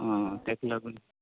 आं तेक् लागून